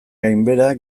gainbehera